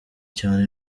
cyane